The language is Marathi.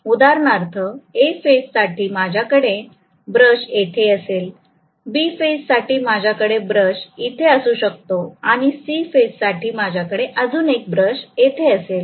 उदाहरणार्थ A फेजसाठी माझ्याकडे ब्रश येथे असेल B फेजसाठी माझ्याकडे ब्रश इथे असू शकतो आणि C फेज साठी माझ्याकडे अजून एक ब्रश येथे असेल